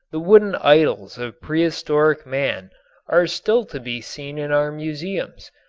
the wooden idols of prehistoric man are still to be seen in our museums,